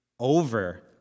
Over